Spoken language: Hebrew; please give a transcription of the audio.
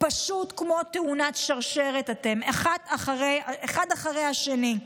אתם פשוט כמו תאונת שרשרת, אחד אחרי השני.